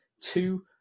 two